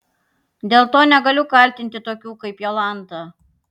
dėl to negaliu kaltinti tokių kaip jolanta